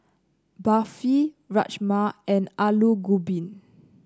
Barfi Rajma and Alu Gobi